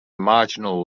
marginal